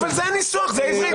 --- אבל זה הניסוח, זאת העברית.